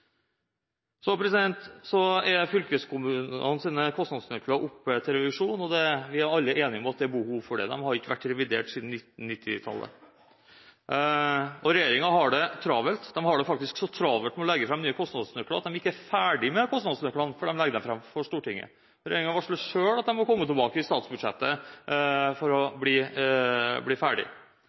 er oppe til revisjon, og vi er alle enige om at det er behov for det. De har ikke vært revidert siden 1990-tallet. Regjeringen har det travelt. De har det faktisk så travelt med å legge fram nye kostnadsnøkler at de ikke er ferdig med kostnadsnøklene før de legger dem fram for Stortinget. Regjeringen varsler selv at de må komme tilbake i statsbudsjettet for å bli ferdig.